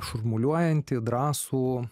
šurmuliuojantį drąsų